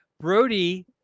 Brody